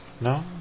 No